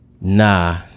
Nah